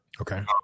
Okay